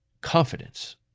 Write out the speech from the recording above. confidence